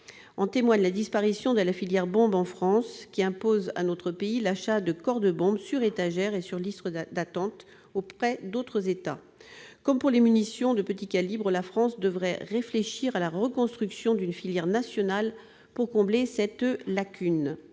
En témoigne la disparition de la filière « bombe » en France, qui impose à notre pays l'achat de corps de bombe, sur étagère et sur liste d'attente, auprès d'autres États. Comme pour les munitions de petit calibre, la France devrait réfléchir à la reconstruction d'une filière nationale pour combler cette lacune.